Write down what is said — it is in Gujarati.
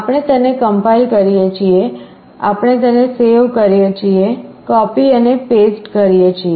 આપણે તેને કમ્પાઇલ કરીએ છીએ આપણે તેને સેવ કરીએ છીએ કોપી અને પેસ્ટ કરીએ છીએ